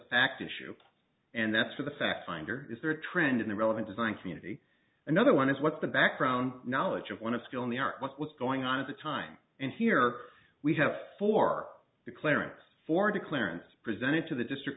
fact issue and that's for the fact finder is there a trend in the relevant design community another one is what's the background knowledge of one of skill in the art what was going on at the time and here we have for the clarence for the clarence presented to the district